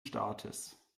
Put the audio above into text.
staates